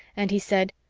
and he said,